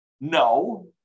no